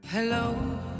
hello